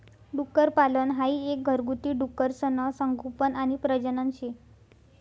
डुक्करपालन हाई एक घरगुती डुकरसनं संगोपन आणि प्रजनन शे